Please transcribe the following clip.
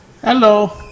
Hello